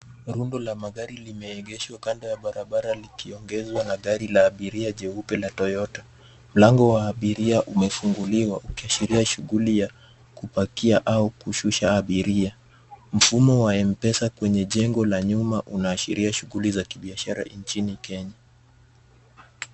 Rundo la magari limeegeshwa kando ya barabara, likiongozwa na gari la abiria jeupe la Toyota. Mlango wa abiria umefunguliwa, ukiashiria shughuli ya kupakia au kushusha abiria. Mfumo wa MPESA kwenye jengo la nyuma unaashiria shughuli za kibiashara nchini Kenya.